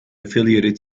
affiliated